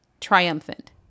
triumphant